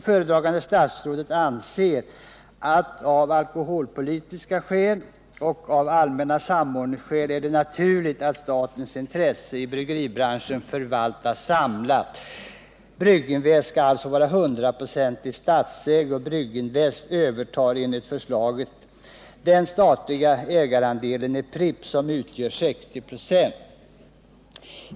Föredragande statsrådet anser att det av alkoholpolitiska skäl och av allmänna samordningsskäl är naturligt att statens intressen i bryggeribranschen förvaltas samlat. Brygginvest skall alltså vara 100-procentigt statsägt och skall enligt förslaget överta den statliga ägarandelen i Pripps som utgör 60 96.